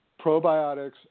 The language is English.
probiotics